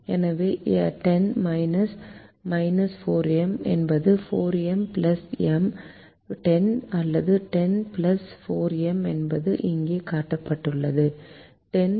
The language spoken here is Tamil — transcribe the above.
எனவே 10 4M என்பது 4M 10 அல்லது 10 4M என்பது இங்கே காட்டப்பட்டுள்ளது 10 4M